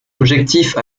objectifs